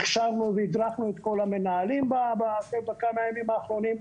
הכשרנו והדרכנו את כל המנהלים בכמה ימים האחרונים,